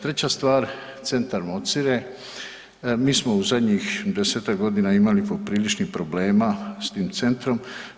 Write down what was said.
Treća stvar, Centar Mocire, mi smo u zadnjih 10-tak godina imali popriličnih problema s tim centrom.